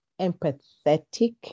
Empathetic